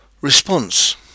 response